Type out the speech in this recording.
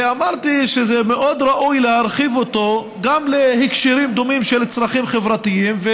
ואמרתי שמאוד ראוי להרחיב אותו גם להקשרים דומים של צרכים חברתיים,